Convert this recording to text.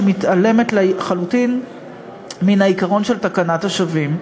שמתעלמת לחלוטין מן העיקרון של תקנת השבים.